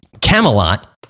Camelot